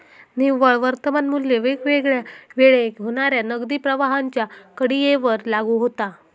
निव्वळ वर्तमान मू्ल्य वेगवेगळ्या वेळेक होणाऱ्या नगदी प्रवाहांच्या कडीयेवर लागू होता